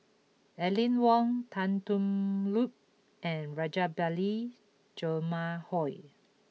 Aline Wong Tan Thoon Lip and Rajabali Jumabhoy